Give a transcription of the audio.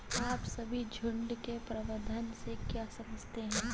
आप सभी झुंड के प्रबंधन से क्या समझते हैं?